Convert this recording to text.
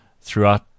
Throughout